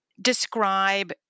describe